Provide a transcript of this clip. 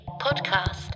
podcast